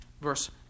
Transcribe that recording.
verse